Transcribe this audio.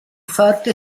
forte